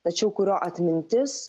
tačiau kurio atmintis